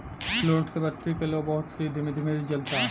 fluid से बत्ती के लौं बहुत ही धीमे धीमे जलता